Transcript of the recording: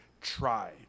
try